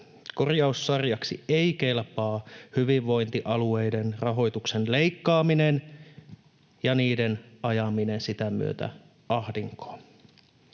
Korjaussarjaksi ei kelpaa hyvinvointialueiden rahoituksen leikkaaminen ja niiden ajaminen sitä myötä ahdinkoon.